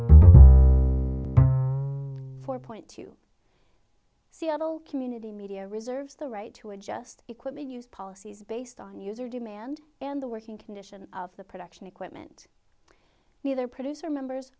s four point two seattle community media reserves the right to adjust equipment use policies based on user demand and the working condition of the production equipment neither producer members